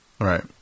Right